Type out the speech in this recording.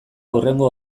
hurrengo